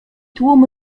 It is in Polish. tłum